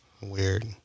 weird